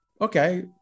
Okay